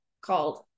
called